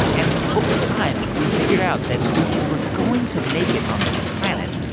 and over time, we figured out that if we were going to make it on this planet,